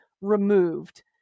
removed